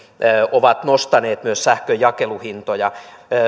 ovat nostaneet myös sähkön jakeluhintoja